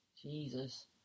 Jesus